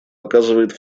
оказывает